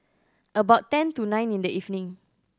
about ten to nine in the evening